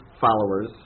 followers